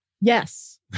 Yes